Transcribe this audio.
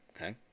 okay